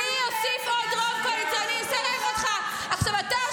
ואז היא אמרה לי: עם אחמד טיבי --- למה שנאמין לך,